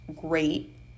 great